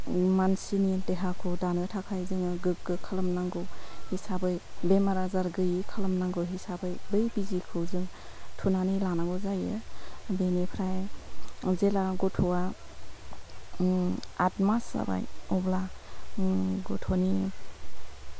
मानसिनि देहाखौ दानो थाखाय जोङो गोग्गो खालामनांगौ हिसाबै बेमार आजार गैयै खालामनांगौ हिसाबै बै बिजिखौ जों थुनानै लानांगौ जायो बेनिफ्रय जेला गथ'आ आथ मास जाबाय अब्ला गथ'नि